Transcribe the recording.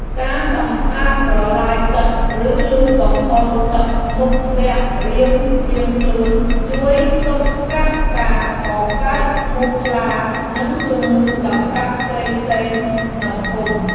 ការសម្អាតប្រឡាយទឹកឬលូបង្ហូរទឹកមុខផ្ទះរៀងៗខ្លួនជួយទប់ស្កាត់ការកកើតមូសខ្លានិងជំងឺដង្កាត់ផ្សេងៗក្នុងភូមិ។